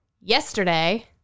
Yesterday